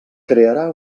crearà